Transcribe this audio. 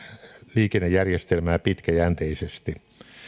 liikennejärjestelmää pitkäjänteisesti